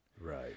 Right